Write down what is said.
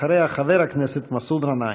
אחריה, חבר הכנסת מסעוד גנאים.